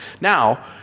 Now